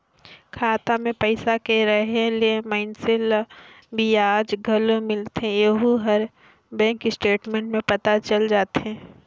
खाता मे पइसा के रहें ले मइनसे ल बियाज घलो मिलथें येहू हर बेंक स्टेटमेंट में पता चल जाथे